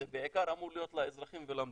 זה בעיקר אמור להיות לאזרחים ולמדינה.